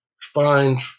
find